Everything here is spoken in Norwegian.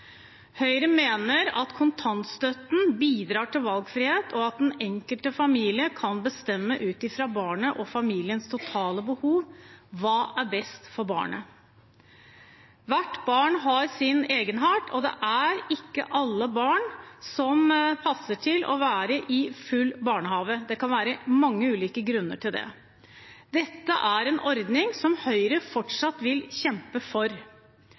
Høyre mener at kontantstøtten bidrar til valgfrihet, og at den enkelte familie kan bestemme ut fra barnet og familiens totale behov hva som er best for barnet. Hvert barn har sin egenart, og det er ikke alle barn som passer til å ha full barnehageplass. Det kan være mange ulike grunner til det. Dette er en ordning som Høyre fortsatt vil kjempe for,